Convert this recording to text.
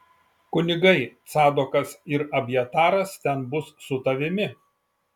kunigai cadokas ir abjataras ten bus su tavimi